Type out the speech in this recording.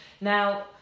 Now